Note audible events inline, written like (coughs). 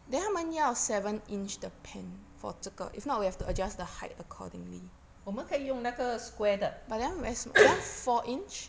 我们可以用那个 square 的 (coughs)